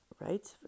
right